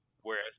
whereas